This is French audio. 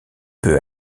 peu